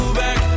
back